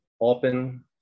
open